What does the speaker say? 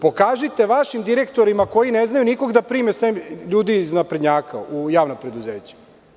Pokažite vašim direktorima koji ne znaju nikoga da prime sem ljudi iz naprednjaka u javna preduzeća.